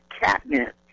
catnip